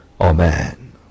Amen